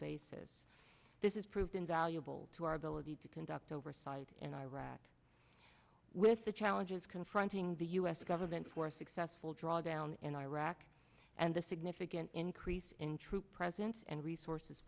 basis this is proved invaluable to our ability to conduct oversight in iraq with the challenges confronting the u s government for a successful drawdown in iraq and a significant increase in troop presence and resources